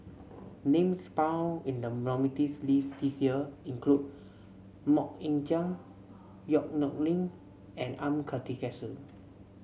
names found in the nominees' list this year include MoK Ying Jang Yong Nyuk Lin and M Karthigesu